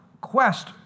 quest